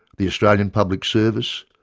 the australian public service,